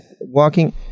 walking –